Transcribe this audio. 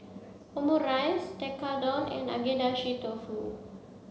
Omurice Tekkadon and Agedashi Dofu